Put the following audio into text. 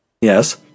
Yes